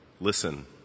listen